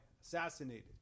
assassinated